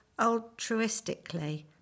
altruistically